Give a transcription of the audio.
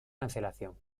cancelación